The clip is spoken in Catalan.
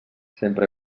sempre